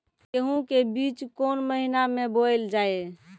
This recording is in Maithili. गेहूँ के बीच कोन महीन मे बोएल जाए?